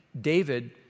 David